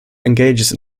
engages